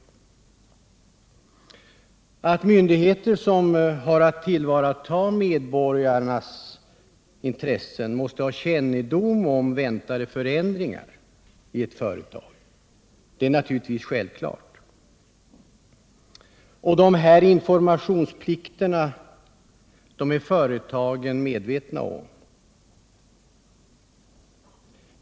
Att myndigheter som har att tillvarata medborgarnas intressen måste ha kännedom om väntade förändringar i ett företag är självklart, och den informationsplikten är företagen medvetna om.